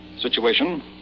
situation